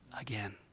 again